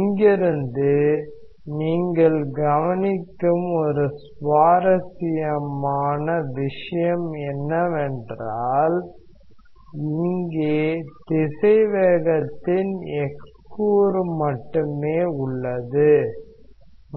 இங்கிருந்து நீங்கள் கவனிக்கும் ஒரு சுவாரஸ்யமான விஷயம் என்னவென்றால் இங்கே திசைவேகத்தின் x கூறு மட்டுமே உள்ளது